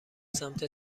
سمت